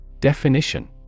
Definition